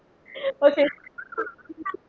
okay